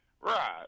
Right